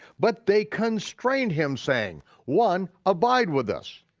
but they constrained him, saying one, abide with us.